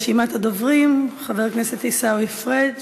רשימת הדוברים: חבר הכנסת עיסאווי פריג',